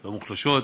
המוחלשות.